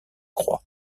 croix